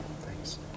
Thanks